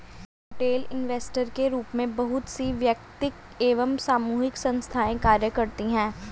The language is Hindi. रिटेल इन्वेस्टर के रूप में बहुत सी वैयक्तिक एवं सामूहिक संस्थाएं कार्य करती हैं